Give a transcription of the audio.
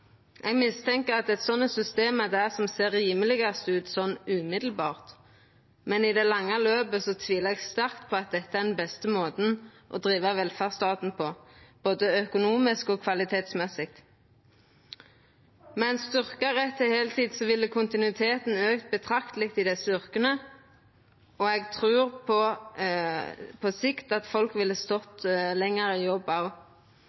Eg mistenkjer at eit sånt system ser rimeleg ut sånn med ein gong, men eg tvilar sterkt på at det på lengre sikt er den beste måten å drive velferdsstaten på, verken økonomisk eller kvalitetsmessig. Med ein styrkt rett til heiltid ville kontinuiteten auka betrakteleg i desse yrka, og eg trur at folk ville stått lenger i jobb på sikt.